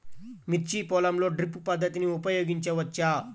మిర్చి పొలంలో డ్రిప్ పద్ధతిని ఉపయోగించవచ్చా?